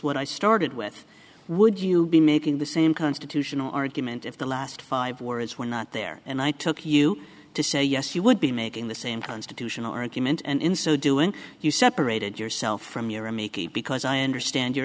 what i started with would you be making the same constitutional argument if the last five words were not there and i took you to say yes you would be making the same constitutional argument and in so doing you separated yourself from your i mean because i understand your